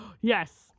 Yes